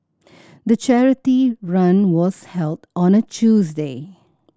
the charity run was held on a Tuesday